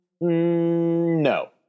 no